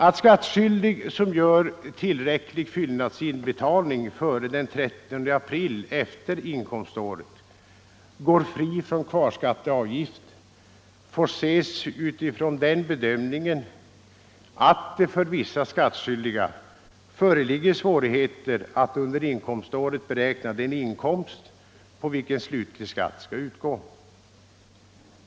Att skattskyldig som gör tillräcklig fyllnadsinbetalning före den 30 april efter inkomståret går fri från kvarskatteavgift får ses mot bakgrund av att det för vissa skattskyldiga föreligger svårigheter att under inkomståret beräkna den inkomst på vilken slutlig skatt skall utgå.